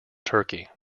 turkey